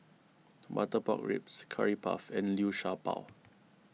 Butter Pork Ribs Curry Puff and Liu Sha Bao